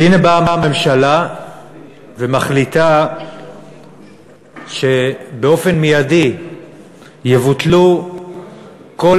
והנה באה הממשלה ומחליטה שבאופן מיידי יבוטלו כל